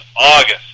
August